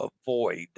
avoid